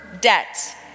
debt